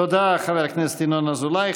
תודה, חבר הכנסת ינון אזולאי.